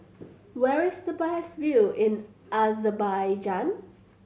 where is the best view in Azerbaijan